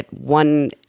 one